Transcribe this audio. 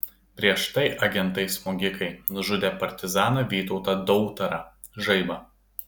prieš tai agentai smogikai nužudė partizaną vytautą dautarą žaibą